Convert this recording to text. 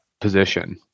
position